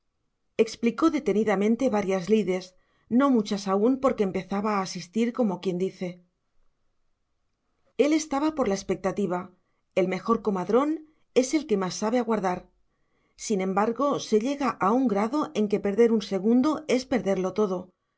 explicó detenidamente varias lides no muchas aún porque empezaba a asistir como quien dice él estaba por la expectativa el mejor comadrón es el que más sabe aguardar sin embargo se llega a un grado en que perder un segundo es perderlo todo